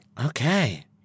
Okay